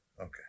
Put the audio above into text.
Okay